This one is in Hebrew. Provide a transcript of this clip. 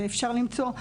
ואפשר למצוא,